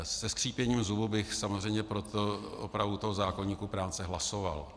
Se skřípěním zubů bych samozřejmě pro opravu zákoníku práce hlasoval.